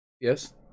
Yes